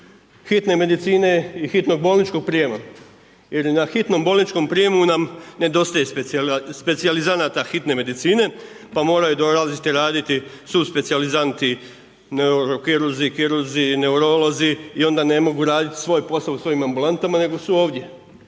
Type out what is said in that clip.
hitne medicine i hitnog bolničkog prijema jer i na hitnom bolničkom prijemu nam nedostaje specijalizanata hitne medicine, pa moraju dolaziti raditi suspecijalizanti neurokirurzi, kirurzi, neurolozi i onda ne mogu raditi svoj posao u svojim ambulantama nego su ovdje.